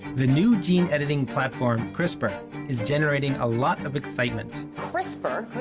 the new gene editing platform crispr is generating a lot of excitement. crispr.